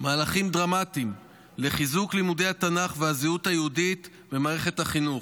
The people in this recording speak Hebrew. מהלכים דרמטיים לחיזוק לימודי התנ"ך והזהות היהודית במערכת החינוך.